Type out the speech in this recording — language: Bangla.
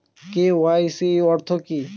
কে.ওয়াই.সি অর্থ কি?